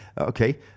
okay